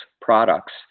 products